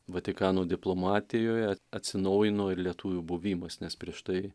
vatikano diplomatijoje atsinaujino ir lietuvių buvimas nes prieš tai